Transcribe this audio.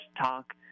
talk